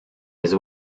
his